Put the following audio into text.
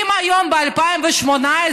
האם היום, ב-2018,